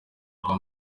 rwa